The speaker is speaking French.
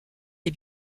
des